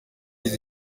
izi